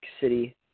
city